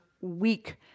week